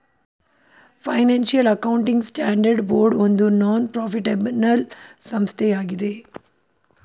financial accounting standard board ಒಂದು non ಪ್ರಾಫಿಟ್ಏನಲ್ ಸಂಸ್ಥೆಯಾಗಿದೆ